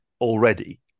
already